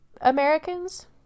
Americans